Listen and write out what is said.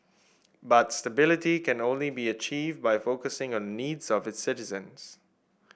but stability could only be achieved by focusing on the needs of its citizens